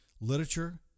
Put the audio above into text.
literature